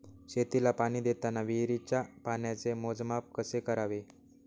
शेतीला पाणी देताना विहिरीच्या पाण्याचे मोजमाप कसे करावे?